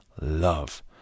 love